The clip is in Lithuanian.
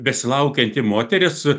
besilaukianti moteris